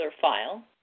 file